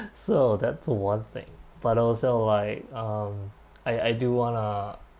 so that's one thing but also like um I I do want to